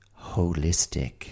holistic